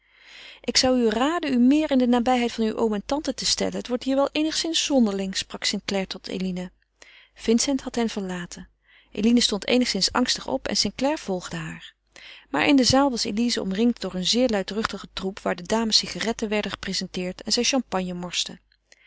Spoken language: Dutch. ik zou u raden u meer in de nabijheid van uw oom en tante te stellen het wordt hier wel eenigszins zonderling sprak st clare tot eline vincent had hen verlaten eline stond eenigszins angstig op en st clare volgde haar maar in de zaal was elize omringd door een zeer luidruchtigen troep waar de dames cigaretten werden geprezenteerd en zij champagne morsten